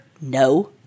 No